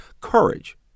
courage